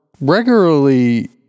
regularly